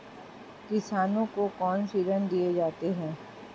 किसानों को कौन से ऋण दिए जाते हैं?